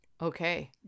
Okay